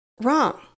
wrong